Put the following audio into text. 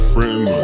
Friend